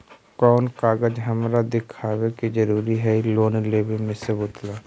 कौन कागज हमरा दिखावे के जरूरी हई लोन लेवे में सबूत ला?